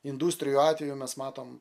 industrijų atveju mes matom